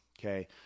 Okay